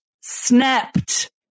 snapped